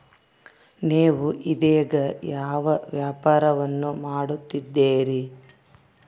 ನೇವು ಇದೇಗ ಯಾವ ವ್ಯಾಪಾರವನ್ನು ಮಾಡುತ್ತಿದ್ದೇರಿ?